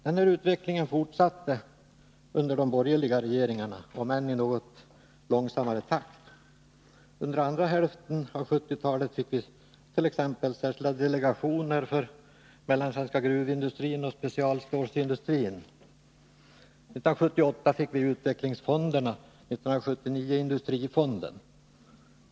Den här utvecklingen fortsatte under de borgerliga regeringarnas tid om än i något långsammare takt. Under andra hälften av 1970-talet fick vi t.ex. särskilda delegationer för den mellansvenska gruvindustrin och specialstålsindustrin. 1978 fick vi utvecklingsfonderna, 1979 industrifonden.